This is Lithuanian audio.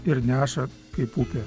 ir neša kaip upė